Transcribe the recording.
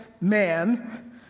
man